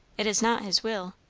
it is not his will.